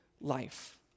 life